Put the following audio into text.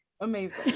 amazing